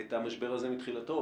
את המשבר הזה מתחילתו,